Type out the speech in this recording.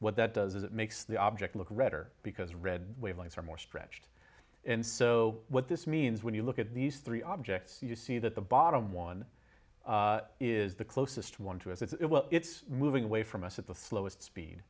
what that does is it makes the object look redder because red wavelengths are more stretched and so what this means when you look at these three objects you see that the bottom one is the closest one to us it well it's moving away from us at the slowest speed